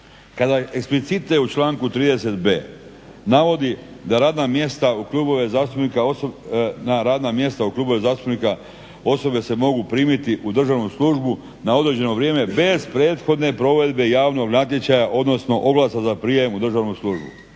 radna mjesta u klubove zastupnika na radna mjesta u klubove zastupnika osobe se mogu primiti u državnu službu na određeno vrijeme bez prethodne provedbe javnog natječaja, odnosno oglasa za prijem u državnu službu.